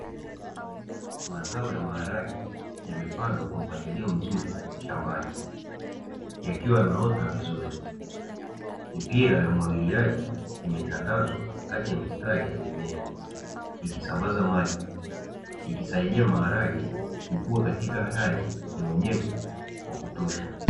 Mazao ya maharage yamepandwa kwa mpangilio mzuri shambani yakiwa yameota vizuri. Mipira ya umwagiliaji imetandazwa kati ya mistari ya mimea ikisambaza maji ikisaidia maharage kukuwa katika hali ya unyevu wa kutosha.